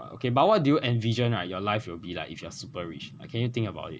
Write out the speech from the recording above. ya okay but what did you envision your life will be like if you are super rich like can you think about it